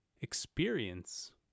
experience